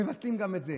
מבטלים גם את זה.